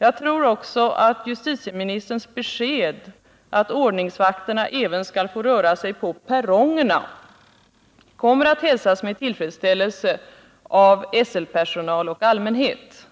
Jag tror också att justitieministerns besked att odningsvakterna även skall få röra sig på perrongerna kommer att hälsas med tillfredsställelse av SL-personal och allmänhet.